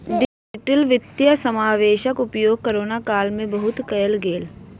digital वित्तीय समावेशक उपयोग कोरोना काल में बहुत कयल गेल